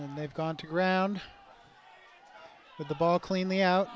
and they've gone to ground but the ball cleanly out